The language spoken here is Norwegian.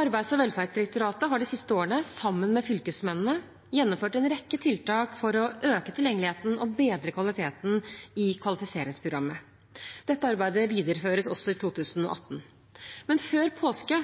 Arbeids- og velferdsdirektoratet har de siste årene sammen med fylkesmennene gjennomført en rekke tiltak for å øke tilgjengeligheten og bedre kvaliteten i kvalifiseringsprogrammet. Dette arbeidet videreføres i 2018. Før påske